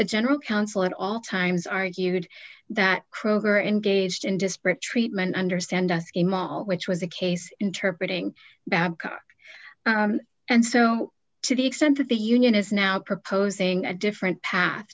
the general counsel at all times argued that kroger engaged in disparate treatment understand him all which was the case interpretating babka and so to the extent that the union is now proposing a different path